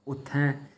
उत्थै